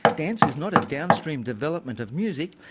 dance is not a downstream development of music.